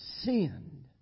sinned